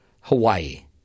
Hawaii